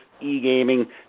e-gaming